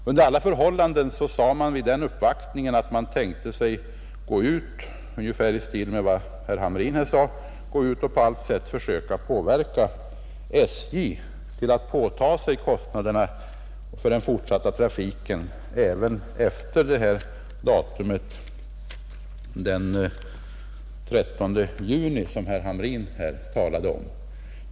Under alla förhållanden sade man vid uppvaktningen att man på allt sätt tänkte påverka SJ till att påta sig kostnaderna för den fortsatta trafiken även efter den 13 juni som herr Hamrin här talade om.